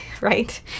right